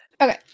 Okay